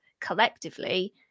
collectively